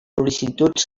sol·licituds